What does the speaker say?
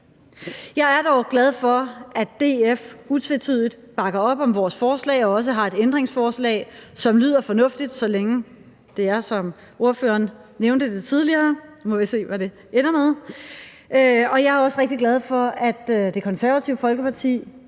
Jeg er dog glad for, at DF utvetydigt bakker op om vores forslag og også har et ændringsforslag, som lyder fornuftigt, så længe det er, som ordføreren nævnte det tidligere – nu må vi se, hvad det ender med